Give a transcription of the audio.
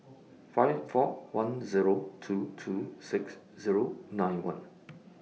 five four one Zero two two six Zero nine one